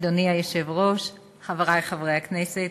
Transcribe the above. אדוני היושב-ראש, חברי חברי הכנסת,